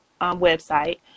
website